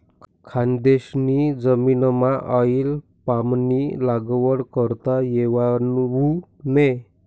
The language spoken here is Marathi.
खानदेशनी जमीनमाऑईल पामनी लागवड करता येवावू नै